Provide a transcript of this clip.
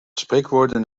spreekwoorden